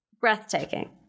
Breathtaking